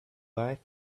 bite